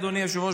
אדוני היושב-ראש,